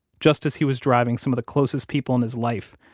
just as he was driving some of the closest people in his life,